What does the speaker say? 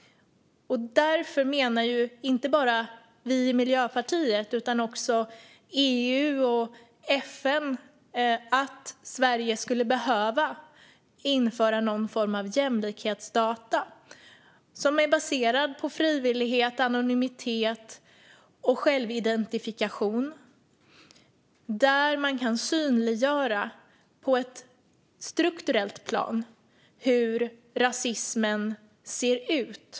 Därför menar inte bara vi i Miljöpartiet utan också EU och FN att Sverige skulle behöva införa någon form av jämlikhetsdata, baserade på frivillighet, anonymitet och självidentifikation, som på ett strukturellt plan kan synliggöra hur rasismen ser ut.